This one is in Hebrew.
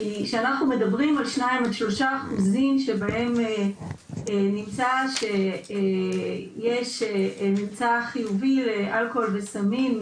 כשאנחנו מדברים על 3% שבהם נמצא שיש ממצא חיובי לאלכוהול וסמים,